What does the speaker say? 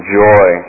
joy